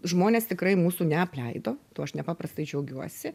žmonės tikrai mūsų neapleido tuo aš nepaprastai džiaugiuosi